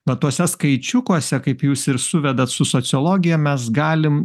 vat tuose skaičiukuose kaip jūs ir suvedat su sociologija mes galim